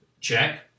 check